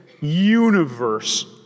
universe